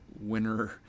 winner